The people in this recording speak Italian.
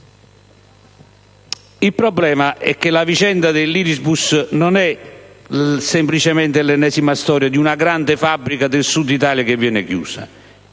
Il problema è che la vicenda dell'Irisbus non è semplicemente l'ennesima storia di una grande fabbrica del Sud Italia che viene chiusa